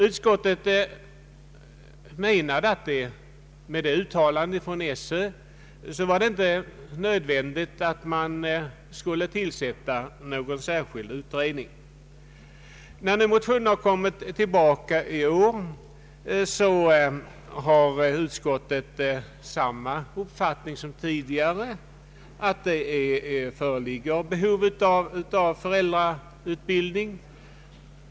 Utskottet ansåg i fjol att det med det uttalande skolöverstyrelsen gjort inte är nödvändigt att tillsätta en särskild utredning. När motionen nu har kommit tillbaka i år, intar utskottet samma uppfattning som tidigare, nämligen att det föreligger behov av föräldrautbildning.